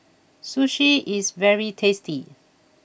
Sushi is very tasty